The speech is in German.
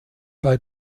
bei